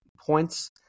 Points